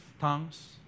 tongues